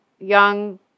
young